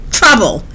trouble